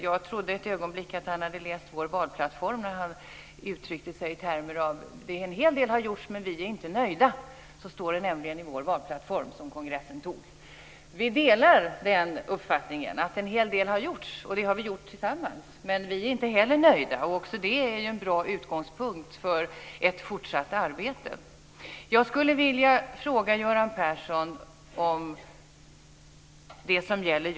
Jag trodde ett ögonblick att han hade läst vår valplattform när han uttryckte sig i termerna: En hel del har gjorts, men vi är inte nöjda. Så står det nämligen i vår valplattform som kongressen antog. Vi delar uppfattningen att en hel del har gjorts, och det har vi gjort tillsammans. Men vi är inte heller nöjda. Det är en bra utgångspunkt för det fortsatta arbetet. Jag skulle vilja fråga Göran Persson om kommunerna.